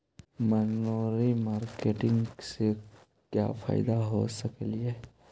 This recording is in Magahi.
मनरी मारकेटिग से क्या फायदा हो सकेली?